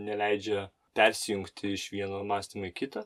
neleidžia persijungti iš vieno mąstymo į kitą